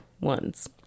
ones